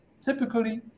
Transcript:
typically